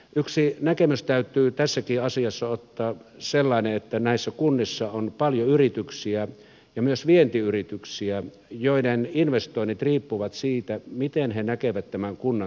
yksi näkemys täytyy tässäkin asiassa ottaa huomioon sellainen että näissä kunnissa on paljon yrityksiä ja myös vientiyrityksiä joiden investoinnit riippuvat siitä miten ne näkevät tämän kunnan tulevaisuuden